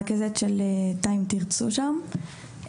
רכזת של תא "אם תרצו" שם.